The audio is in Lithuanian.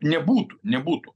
nebūtų nebūtų